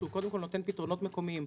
שקודם כול נותן פתרונות מקומיים.